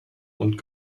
und